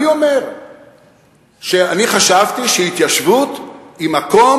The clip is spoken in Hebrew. אני אומר שאני חשבתי שהתיישבות היא מקום